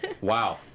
Wow